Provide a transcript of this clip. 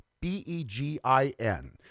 B-E-G-I-N